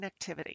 connectivity